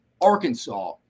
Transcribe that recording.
Arkansas